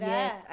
Yes